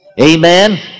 Amen